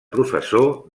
professor